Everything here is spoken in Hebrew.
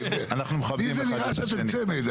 לי זה נראה שאתם צמד.